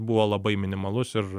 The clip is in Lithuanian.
buvo labai minimalus ir